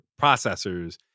processors